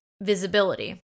visibility